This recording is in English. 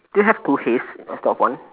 do you have two hays instead of one